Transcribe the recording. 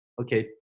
okay